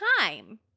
time